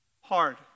hard